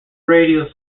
radio